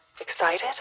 Excited